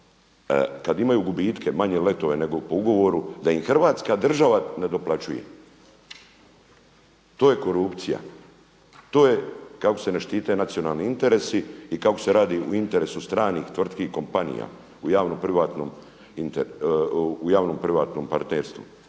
kada imaju gubitke manje letove nego po ugovoru da im Hrvatska država nadoplaćuje. To je korupcija, to je kako se ne štite nacionalni interesi i kako se radi u interesu stranih tvrtki i kompanija u javno privatnom partnerstvu.